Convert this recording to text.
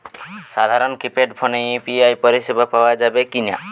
সাধারণ কিপেড ফোনে ইউ.পি.আই পরিসেবা পাওয়া যাবে কিনা?